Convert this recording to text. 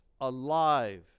alive